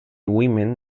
women